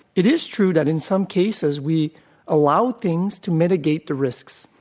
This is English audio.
it is true that in some cases we allowed things to mitigate the risks